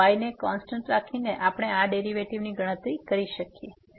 Y ને constant રાખીને આપણે આ ડેરીવેટીવની ગણતરી કરી શકીએ છીએ